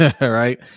Right